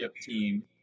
team